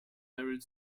married